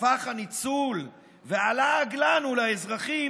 הפך הניצול והלעג לנו, האזרחים,